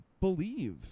believe